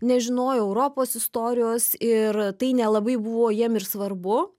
nežinojo europos istorijos ir tai nelabai buvo jiem ir svarbu